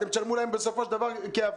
אתם תשלמו להם בסופו של דבר אבטלה.